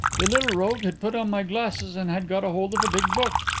the little rogue had put on my glasses and had got hold of a big book.